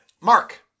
Mark